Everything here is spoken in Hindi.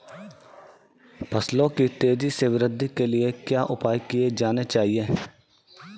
फसलों की तेज़ी से वृद्धि के लिए क्या उपाय किए जाने चाहिए?